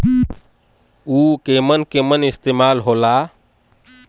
उव केमन केमन इस्तेमाल हो ला?